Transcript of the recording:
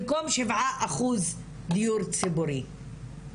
במקום שבעה אחוז דיור ציבורי.